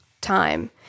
time